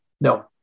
no